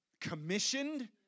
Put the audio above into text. commissioned